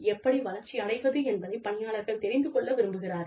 எப்படி வளர்ச்சி அடைவது என்பதை பணியாளர்கள் தெரிந்து கொள்ள விரும்புகிறார்கள்